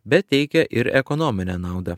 bet teikia ir ekonominę naudą